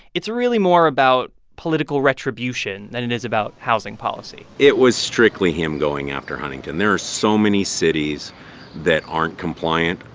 it's really more about political retribution than it is about housing policy it was strictly him going after huntington. there are so many cities that aren't compliant,